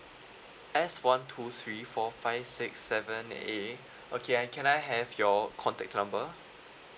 S one two three four five six seven A okay and can I have your contact number